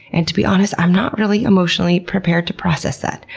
and to be honest, i'm not really emotionally prepared to process that.